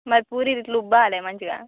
మరి పూరీలు ఇట్ల ఉబ్బాలి మంచిగా